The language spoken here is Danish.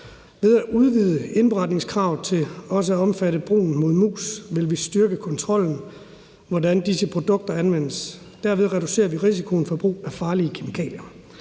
Ved at udvide indberetningskravet til også at omfatte brugen mod mus vil vi styrke kontrollen med, hvordan disse produkter anvendes. Derved reducerer vi risikoen for brug af farlige kemikalier.